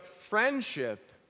friendship